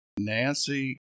Nancy